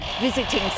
visiting